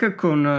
con